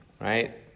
Right